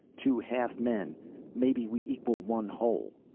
two half men maybe we equal one whole.